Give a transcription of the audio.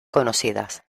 conocidas